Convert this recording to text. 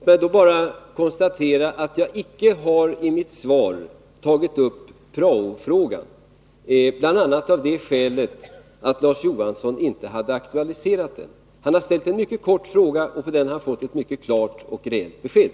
Herr talman! Låt mig bara konstatera att jag i mitt svar icke har tagit upp prao-frågan, bl.a. av det skälet att Larz Johansson inte aktualiserat den frågan. Han har framställt en mycket kort fråga, och på den har han fått ett mycket klart och rent besked.